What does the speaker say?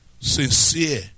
sincere